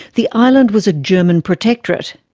the island was a german protectorate.